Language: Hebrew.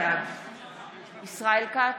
בעד ישראל כץ,